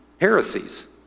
heresies